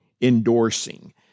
endorsing